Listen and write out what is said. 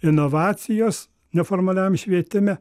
inovacijos neformaliajam švietime